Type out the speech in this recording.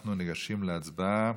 אנחנו ניגשים להצבעה.